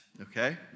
okay